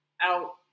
out